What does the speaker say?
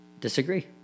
disagree